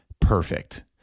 perfect